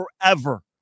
forever